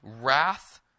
wrath